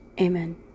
Amen